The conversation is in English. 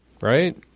right